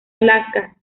alaska